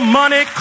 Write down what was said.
money